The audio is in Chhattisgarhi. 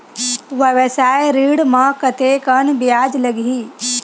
व्यवसाय ऋण म कतेकन ब्याज लगही?